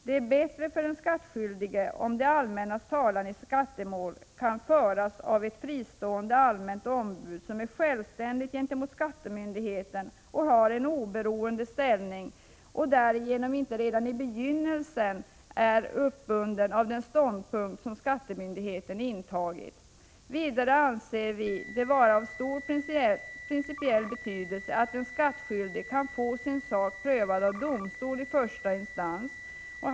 Det är bättre för den skattskyldige, om det allmännas talan i skattemål kan föras av ett fristående allmänt ombud som är självständigt gentemot skattemyndigheten och har en oberoende ställning och därigenom inte redan i begynnelsen är uppbundet av den ståndpunkt som skattemyndigheten intagit. Vidare anser vi det vara av stor principiell betydelse att en skattskyldig kan få sin sak prövad av domstol i första instans.